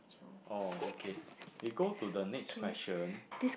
oh okay we go to the next question